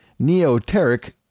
Neoteric